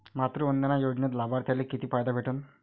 मातृवंदना योजनेत लाभार्थ्याले किती फायदा भेटन?